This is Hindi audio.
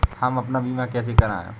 हम अपना बीमा कैसे कराए?